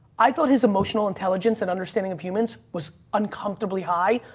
i thought his emotional intelligence and understanding of humans was uncomfortably high.